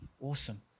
Awesome